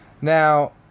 Now